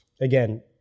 again